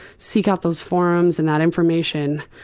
seek out those forums and that information